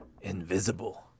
invisible